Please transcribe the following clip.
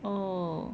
oh